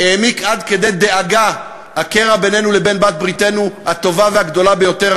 העמיק עד כדי דאגה הקרע בינינו לבין בעלת-בריתנו הטובה והגדולה ביותר,